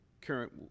current